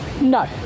No